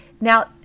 Now